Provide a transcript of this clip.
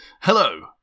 Hello